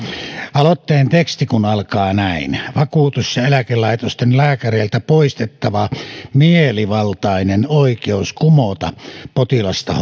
aloitteen teksti alkaa näin vakuutus ja eläkelaitosten lääkäreiltä poistettava mielivaltainen oikeus kumota potilasta